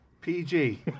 PG